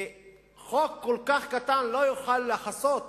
וחוק כל כך קטן לא יוכל לכסות